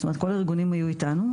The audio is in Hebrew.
זאת אומרת כל הארגונים היו איתנו,